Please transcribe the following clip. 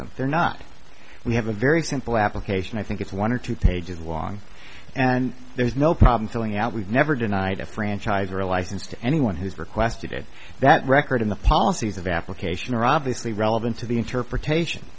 burdensome they're not we have a very simple application i think it's one or two pages long and there's no problem filling out we've never denied a franchise or a license to anyone who's requested it that record in the policies of application are obviously relevant to the interpretation